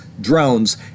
drones